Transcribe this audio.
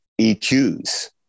EQs